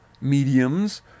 mediums